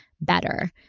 better